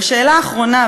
ושאלה אחרונה,